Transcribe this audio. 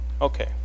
Okay